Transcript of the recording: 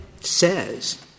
says